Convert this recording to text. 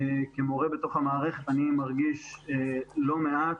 כמורה בתוך המערכת אני מרגיש לא מעט,